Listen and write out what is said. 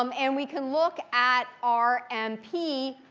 um and we can look at r and p,